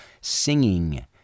singing